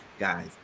Guys